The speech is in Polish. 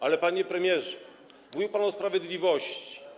Ale, panie premierze, mówił pan o sprawiedliwości.